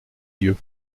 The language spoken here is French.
yeux